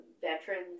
veterans